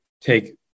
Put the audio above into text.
take